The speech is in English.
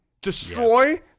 destroy